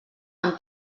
amb